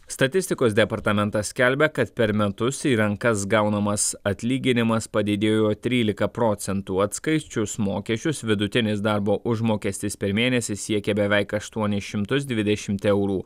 statistikos departamentas skelbia kad per metus į rankas gaunamas atlyginimas padidėjo trylika procentų atskaičius mokesčius vidutinis darbo užmokestis per mėnesį siekė beveik aštuonis šimtus dvidešimt eurų